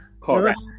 correct